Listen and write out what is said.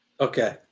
Okay